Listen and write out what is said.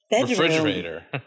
Refrigerator